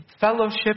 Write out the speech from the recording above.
fellowship